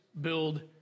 build